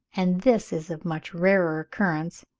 and this is of much rarer occurrence,